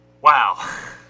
Wow